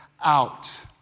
out